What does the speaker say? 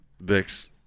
Vix